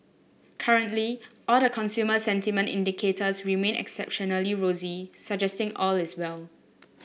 currently all the consumer sentiment indicators remain exceptionally rosy suggesting all is well